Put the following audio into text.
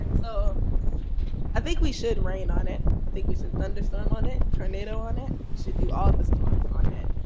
so i think we should rain on it. i think we should thunderstorm on it, tornado on it. we should do all of the storms on it.